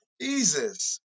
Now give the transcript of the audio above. Jesus